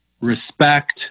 respect